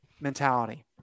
mentality